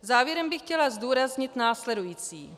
Závěrem bych chtěla zdůraznit následující.